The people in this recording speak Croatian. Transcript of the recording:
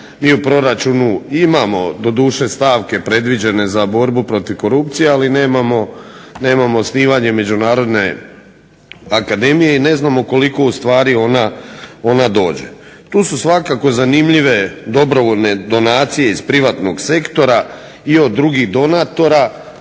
Mi u proračunu imamo doduše stavke predviđene za borbu protiv korupcije, ali nemamo osnivanje međunarodne akademije i ne znamo koliko ustvari ona dođe. Tu su svakako zanimljive dobrovoljne donacije iz privatnog sektora i od drugih donatora,